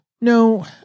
No